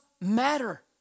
matter